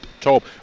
top